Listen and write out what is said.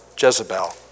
Jezebel